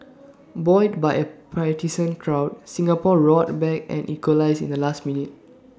buoyed by A partisan crowd Singapore roared back and equalised in the last minute